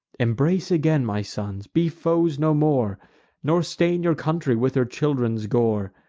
embrace again, my sons, be foes no more nor stain your country with her children's gore!